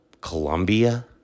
Colombia